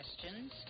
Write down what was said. questions